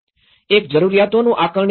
એક જરૂરિયાતોનું આકારણીકરણ છે